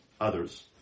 others